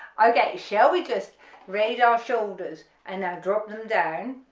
okay shall we just raise our shoulders and now drop them down